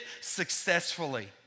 successfully